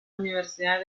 universidad